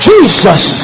Jesus